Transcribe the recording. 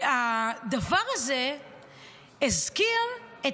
הדבר הזה מזכיר,